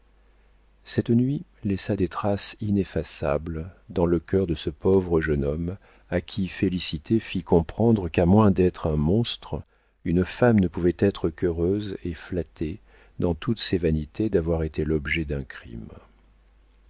cette nuit laissa des traces ineffaçables dans le cœur de ce pauvre jeune homme à qui félicité fit comprendre qu'à moins d'être un monstre une femme ne pouvait être qu'heureuse et flattée dans toutes ses vanités d'avoir été l'objet d'un crime